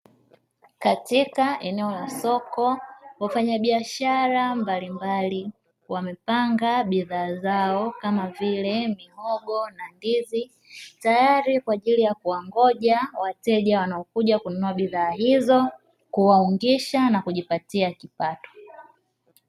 Katika eneo la soko, wafanyabiashara mbalimbali wamepanga bidhaa zao kama vile: mihogo na ndizi; tayari kwa ajili ya kuwangoja wateja wanaokuja kununua bidhaa hizo kuwaungisha na kujipatia kipato.